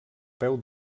peu